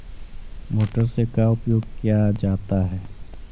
Motor से का उपयोग क्या जाता है?